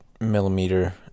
millimeter